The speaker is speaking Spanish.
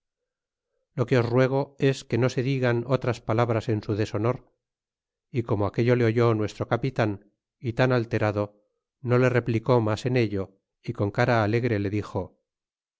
lo que os ruego es que no se digan otras palabras en su deshonor y como aquello le oyó nuestro capitan y tan alterado no le replicó mas en ello y con cara alegre le dixo